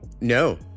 no